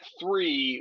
three